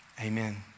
amen